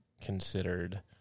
considered